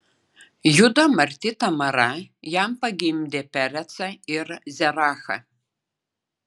judo marti tamara jam pagimdė perecą ir zerachą